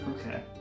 Okay